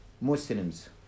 muslims